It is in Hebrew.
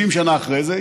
70 שנה אחרי זה,